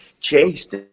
chased